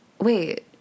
Wait